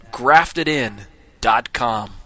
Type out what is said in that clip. graftedin.com